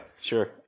Sure